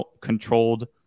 controlled